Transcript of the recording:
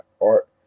art